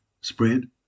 spread